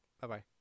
Bye-bye